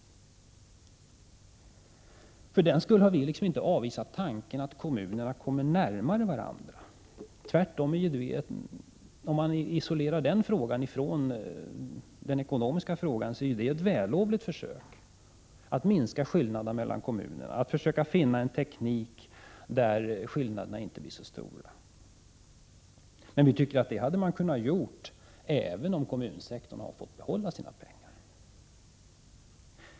Men för den skull har vi inte avvisat tanken att kommunerna kommer närmare varandra — tvärtom. Om den frågan isoleras från den ekonomiska frågan, är ju det ett vällovligt försök att minska skillnaderna mellan kommunerna, att försöka finna en teknik som innebär att skillnaderna inte blir så stora. Men det hade man väl kunnat åstadkomma, även om kommunsektorn hade fått behålla sina pengar.